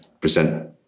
present